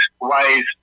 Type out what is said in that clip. ways